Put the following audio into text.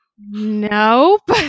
Nope